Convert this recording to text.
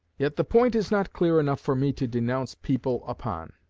yet the point is not clear enough for me to denounce people upon.